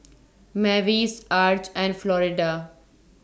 Mavis Arch and Florida